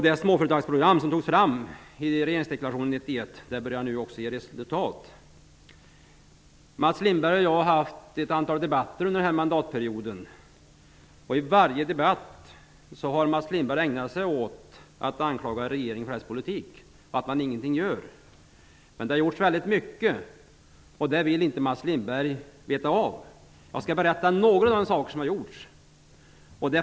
Det småföretagsprogram som togs fram i regeringsdeklarationen 1991 börjar nu ge resultat. Mats Lindberg och jag har har fört ett antal debatter under denna mandatperiod. I varje debatt har Mats Lindberg ägnat sig åt att anklaga regeringen för dess politik -- att den ingenting gör. Men det har gjorts väldigt mycket, men det vill inte Jag skall berätta om några av de saker som har gjorts.